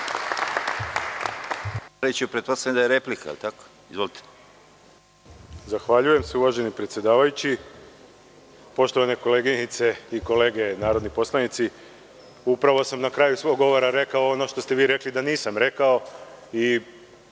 Zahvaljujem uvaženi predsedavajući. Poštovana koleginice i kolege narodni poslanici, upravo sam na kraju svog govora rekao ono što ste vi rekli da nisam rekao